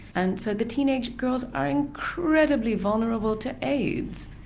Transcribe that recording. and so the teenage girls are incredibly vulnerable to aids,